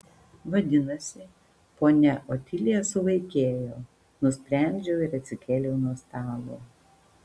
vadinasi ponia otilija suvaikėjo nusprendžiau ir atsikėliau nuo stalo